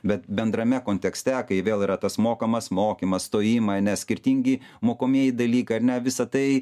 bet bendrame kontekste kai vėl yra tas mokamas mokymas stojimai ane skirtingi mokomieji dalykai ar ne visa tai